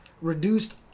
reduced